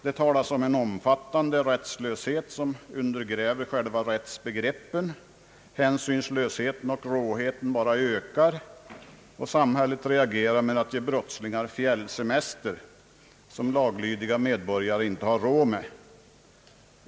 Det talas om en omfattande rättslöshet som undergräver själva rättsbegreppen, hänsynslösheten och råheten bara ökar, och samhället reagerar med att ge brottslingar fjällsemester, som laglydiga medborgare inte har råd med.